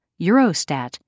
Eurostat